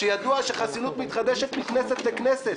כשידוע שחסינות מתחדשת מכנסת לכנסת.